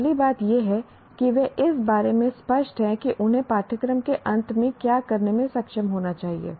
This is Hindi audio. पहली बात यह है कि वे इस बारे में स्पष्ट हैं कि उन्हें पाठ्यक्रम के अंत में क्या करने में सक्षम होना चाहिए